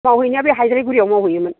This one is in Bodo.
मावहैनाया बे हायग्रेगुरियाव मावहैयोमोन